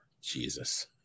Jesus